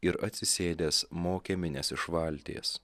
ir atsisėdęs mokė minias iš valties